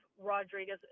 Rodriguez